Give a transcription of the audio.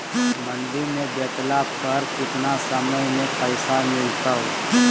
मंडी में बेचला पर कितना समय में पैसा मिलतैय?